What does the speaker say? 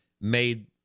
made